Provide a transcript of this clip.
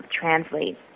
translate